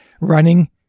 running